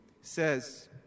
says